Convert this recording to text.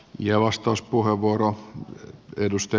arvoisa herra puhemies